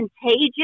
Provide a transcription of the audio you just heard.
contagious